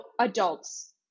adult's